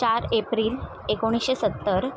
चार एप्रिल एकोणीसशे सत्तर